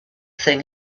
thing